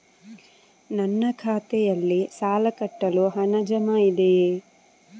ನನ್ನ ಖಾತೆಯಲ್ಲಿ ಸಾಲ ಕಟ್ಟಲು ಹಣ ಜಮಾ ಇದೆಯೇ?